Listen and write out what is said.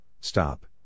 stop